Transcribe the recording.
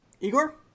Igor